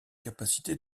capacités